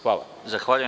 Hvala.